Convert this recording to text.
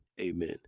Amen